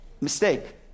Mistake